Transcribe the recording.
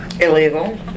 illegal